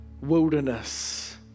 wilderness